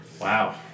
Wow